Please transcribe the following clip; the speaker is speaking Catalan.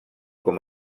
com